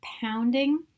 pounding